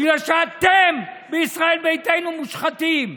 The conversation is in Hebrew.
בגלל שאתם, בישראל ביתנו, מושחתים.